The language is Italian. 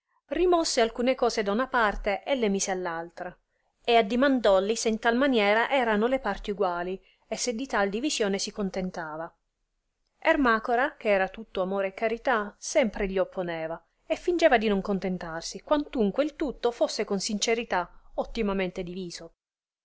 rimosse alcune cose da una parte e le mise all altra e addimandolli se in tal maniera erano le parti uguali e se di tal divisione si contentava ermacora che era tutto amore e carità sempre gli opponeva e fingeva di non contentarsi quantunque il tutto fosse con sincerità ottimamente diviso